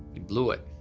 he blew it.